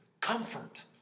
comfort